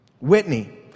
Whitney